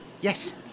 Yes